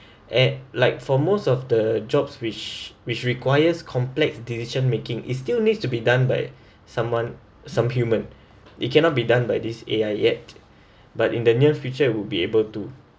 and like for most of the jobs which which requires complex decision making is still needs to be done by someone some human it cannot be done by this A_I yet but in the near future would be able to